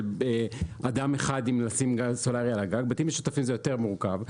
אדם אחד; בבתים משותפים זה יותר מורכב.